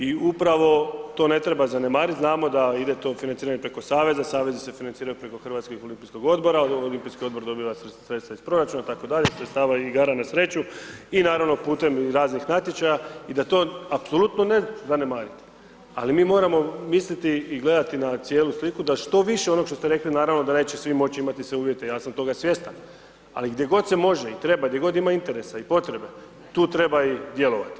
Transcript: I upravo to ne treba zanemariti, znamo da ide to financiranje preko saveza, savezi se financiraju preko HOO-a, Olimpijski odbor dobiva sredstva iz proračuna itd., sredstava i igara na sreću i naravno putem raznih natječaja i da to apsolutno ne zanemarimo ali mi moramo misliti i gledati na cijelu sliku da što više onog što ste rekli naravno da neće svi imati iste uvjete, ja sam toga svjestan ali gdje god se može i treba, gdje god ima interesa i potrebe, tu treba i djelovati.